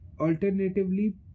alternatively